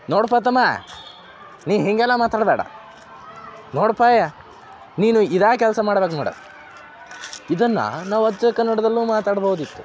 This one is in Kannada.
ನೋಡಪ್ಪ ತಮ್ಮ ನೀ ಹೀಗೆಲ್ಲ ಮಾತಾಡ್ಬೇಡ ನೋಡಪ್ಪ ನೀನು ಇದೇ ಕೆಲಸ ಮಾಡ್ಬೇಕು ನೋಡು ಇದನ್ನು ನಾವು ಅಚ್ಚ ಕನ್ನಡದಲ್ಲೂ ಮಾತಾಡ್ಬೋದಿತ್ತು